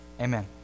Amen